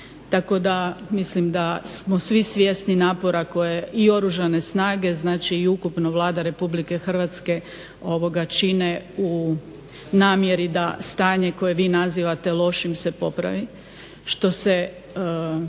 tako da mislim da smo svi svjesni napora koje i oružane snage i ukupno Vlada RH čine u namjeri da stanje koje vi nazivate lošim se popravi. Što se